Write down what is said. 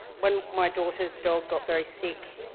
when my daughter's dog got very sick,